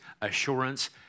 assurance